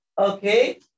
okay